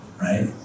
right